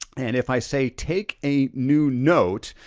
and if i say take a new note,